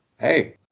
Hey